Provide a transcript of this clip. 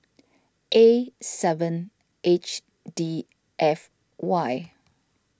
A seven H D F Y